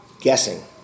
guessing